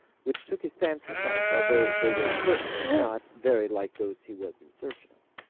which took his fancy much, although they were certainly not very like those he was in search of.